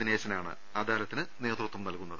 ദിനേശനാണ് അദാലത്തിന് നേതൃത്വം നൽകുന്നത്